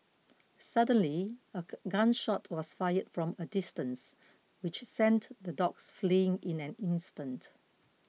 suddenly a gun shot was fired from a distance which sent the dogs fleeing in an instant